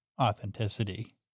authenticity